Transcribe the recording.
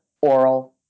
oral